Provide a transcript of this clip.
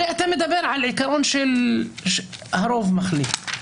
הרי אתה מדבר על עקרון של הרוב מחליט.